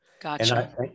Gotcha